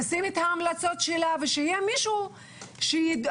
תשים את ההמלצות שלה ושיהיה מישהו שידאג,